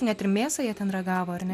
net ir mėsą jie ten ragavo ar ne